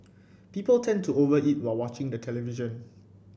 people tend to over eat while watching the television